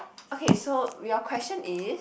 okay so your question is